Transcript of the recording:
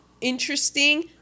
interesting